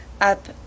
up